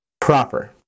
proper